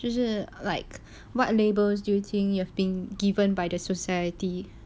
就是 like what labels do you think you have been given by the society